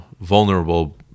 vulnerable